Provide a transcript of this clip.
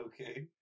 okay